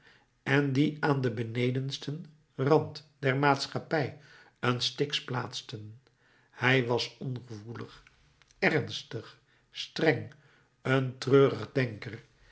en die aan den benedensten rand der maatschappij een styx plaatsen hij was ongevoelig ernstig streng een treurig denker